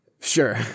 Sure